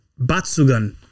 Batsugan